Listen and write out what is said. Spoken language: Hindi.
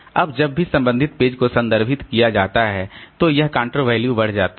अब जब भी संबंधित पेज को संदर्भित किया जाता है तो यह काउंटर वैल्यू बढ़ जाता है